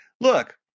Look